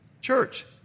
Church